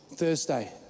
Thursday